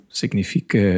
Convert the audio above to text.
significa